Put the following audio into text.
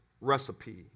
recipe